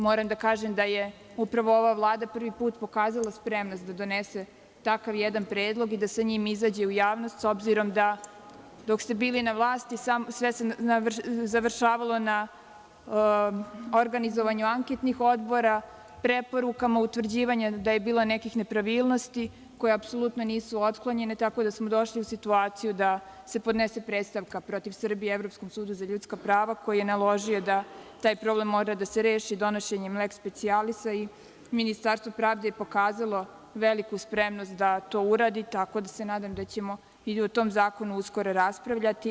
Moram da kažem da je upravo ova Vlada prvi put pokazala spremnost da donese takav jedan predlog i da sa njim izađe u javnost s obzirom da, dok ste bili na vlasti sve se završavalo na organizovanju anketnih odbora, preporukama, utvrđivanjem da je bilo nekakvih nepravilnosti koje apsolutno nisu otklonjene, tako da smo došli u situaciju da se podnese predstavka protiv Srbije Evropskom sudu za ljudska prava, koji je naložio da taj problem mora da se reši donošenjem lex specialisa i Ministarstvo pravde je pokazalo veliku spremnost da to uradi, tako da se nadam da ćemo i o tom zakonu uskoro raspravljati.